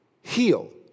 heal